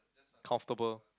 comfortable